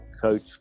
coach